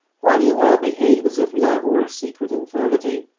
why do you all behave as if love were a secret infirmity?